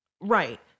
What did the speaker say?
Right